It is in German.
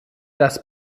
das